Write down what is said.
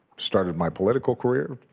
started my political career.